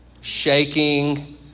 Shaking